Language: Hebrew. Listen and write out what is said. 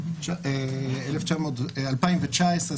2019,